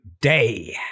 Day